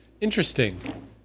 Interesting